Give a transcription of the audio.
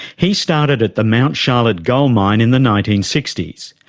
he started at the mt charlotte gold mine in the nineteen sixty s,